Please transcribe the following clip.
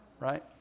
Right